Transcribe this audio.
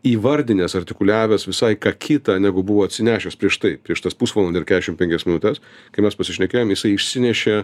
įvardinęs artikuliavęs visai ką kita negu buvo atsinešęs prieš tai prieš tas pusvalandį ir keturiasdešim penkias minutes kai mes pasišnekėjom jisai išsinešė